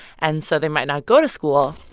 and so they might not go to school.